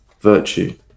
virtue